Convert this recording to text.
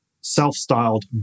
self-styled